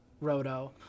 roto